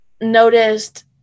noticed